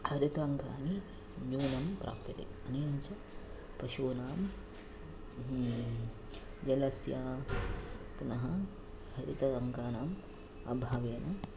हरिताङ्गानि न्यूनं प्राप्यते अनेन च पशूनां जलस्य पुनः हरिताङ्गानाम् अभावेन